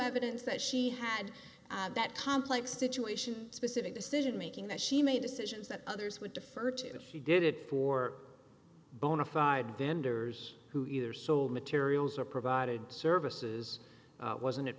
evidence that she had that complex situation specific decision making that she made decisions that others would defer to if you did it for bona fide vendors who either sold materials or provided services wasn't it